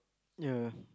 ya